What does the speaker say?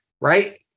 right